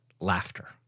laughter